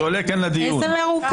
שעולה כאן לדיון -- איזה מרוכך?